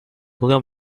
william